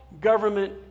government